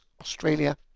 Australia